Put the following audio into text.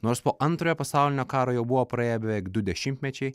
nors po antrojo pasaulinio karo jau buvo praėję beveik du dešimtmečiai